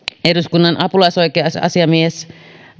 eduskunnan apulaisoikeusasiamies